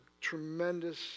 tremendous